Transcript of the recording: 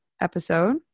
episode